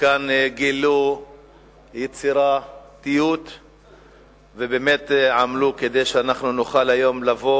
גילו יצירתיות ובאמת עמלו כדי שנוכל היום לבוא